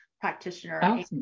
practitioner